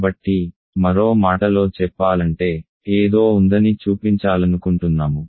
కాబట్టి మరో మాటలో చెప్పాలంటే ఏదో ఉందని చూపించాలనుకుంటున్నాము